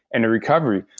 and the recovery.